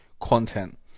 content